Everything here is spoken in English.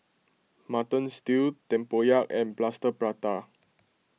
Mutton Stew Tempoyak and Plaster Prata